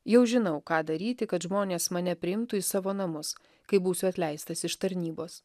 jau žinau ką daryti kad žmonės mane priimtų į savo namus kai būsiu atleistas iš tarnybos